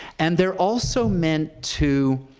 and they're also meant to